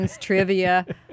trivia